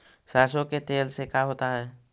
सरसों के तेल से का होता है?